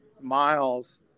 Miles